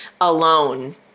alone